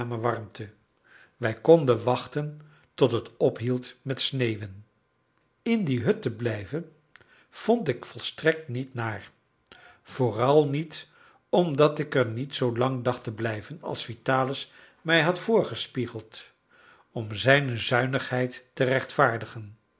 aangename warmte wij konden wachten tot het ophield met sneeuwen in die hut te blijven vond ik volstrekt niet naar vooral niet omdat ik er niet zoolang dacht te blijven als vitalis mij had voorgespiegeld om zijne zuinigheid te rechtvaardigen